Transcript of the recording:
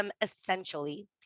essentially